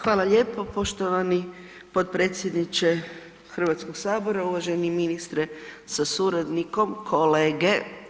Hvala lijepo poštovani potpredsjedniče Hrvatskog sabora, uvaženi ministre sa suradnikom, kolege.